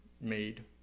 made